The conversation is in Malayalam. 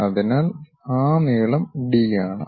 അതിനാൽ ആ നീളം ഡി ആണ്